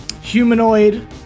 Humanoid